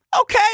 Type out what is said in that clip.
okay